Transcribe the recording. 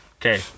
Okay